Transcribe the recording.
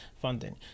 funding